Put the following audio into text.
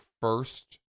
first